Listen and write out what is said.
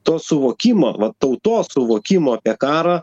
to suvokimo va tautos suvokimo apie karą